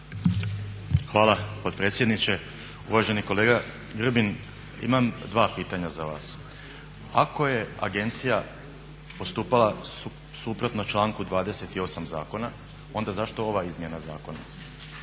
Hvala potpredsjedniče. Uvaženi kolega Grbin imam dva pitanja za vas. Ako je agencija postupala suprotno članku 28.zakona onda zašto ova izmjena zakona,